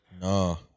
No